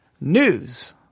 News